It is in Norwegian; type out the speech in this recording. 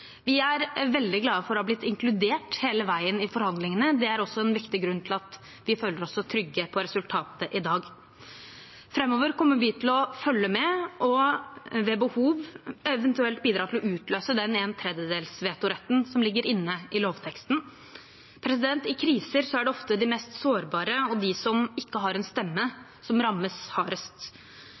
Vi er veldig glade for å ha blitt inkludert hele veien i forhandlingene. Det er også en viktig grunn til at vi føler oss så trygge på resultatet i dag. Framover kommer vi til å følge med og ved behov eventuelt bidra til å utløse den én tredjedelsvetoretten som ligger i lovteksten. I kriser er det ofte de mest sårbare og de som ikke har en stemme, som rammes hardest.